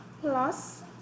plus